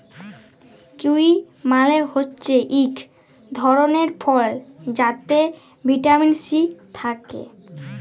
kiwi মালে হছে ইক ধরলের ফল যাতে ভিটামিল সি থ্যাকে